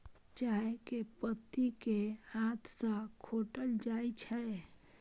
चाय के पत्ती कें हाथ सं खोंटल जाइ छै